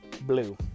blue